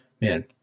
man